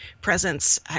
presence